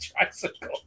tricycle